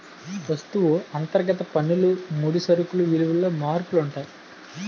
వస్తువు అంతర్గత పన్నులు ముడి సరుకులు విలువలలో మార్పులు ఉంటాయి